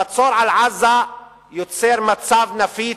המצור על עזה יוצר מצב נפיץ.